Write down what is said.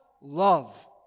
love